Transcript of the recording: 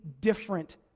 different